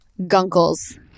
gunkles